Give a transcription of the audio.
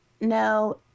No